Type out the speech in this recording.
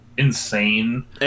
Insane